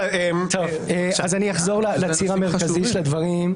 אלה נושאים מספיק חשובים.